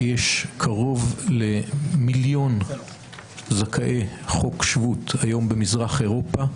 יש היום קרוב למיליון זכאי חוק שבות במזרח אירופה,